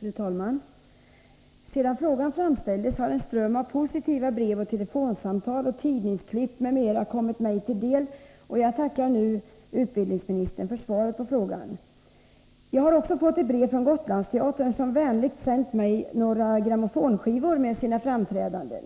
Fru talman! Sedan frågan framställdes har en ström av positiva brev, telefonsamtal och tidningsklipp m.m. kommit mig till del, och jag tackar nu statsrådet för svaret på frågan. Jag har också fått brev från Gotlandsteatern, som vänligt sänt mig några grammofonskivor från sina framträdanden.